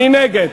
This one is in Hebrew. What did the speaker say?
מי נגד?